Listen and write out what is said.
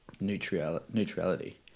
neutrality